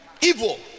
evil